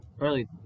early